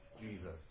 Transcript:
Jesus